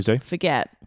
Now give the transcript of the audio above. forget